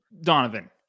Donovan